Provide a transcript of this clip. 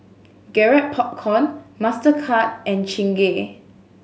Garrett Popcorn Mastercard and Chingay